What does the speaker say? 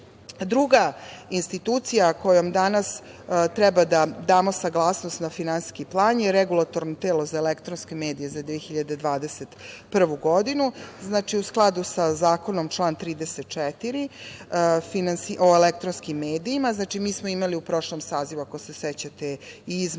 plan. Druga institucija kojoj danas treba da damo saglasnost na finansijski plan je Regulatorno telo za elektronske medije za 2021. godinu. U skladu sa Zakonom, član 34, o elektronskim medijima, mi smo imali u prošlom sazivu ako se sećate i izmene